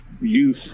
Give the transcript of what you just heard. youth